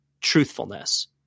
truthfulness